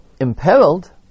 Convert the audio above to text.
imperiled